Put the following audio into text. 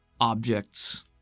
objects